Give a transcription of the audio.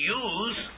use